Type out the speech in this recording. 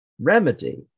remedy